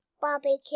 Barbecue